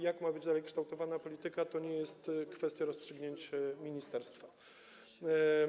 Jak ma być dalej kształtowana polityka, to nie jest kwestia rozstrzygnięć ministerstwa.